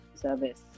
service